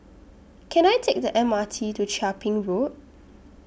Can I Take The M R T to Chia Ping Road